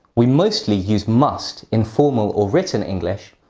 we mostly use must in formal or written english,